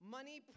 Money